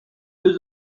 deux